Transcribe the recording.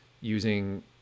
using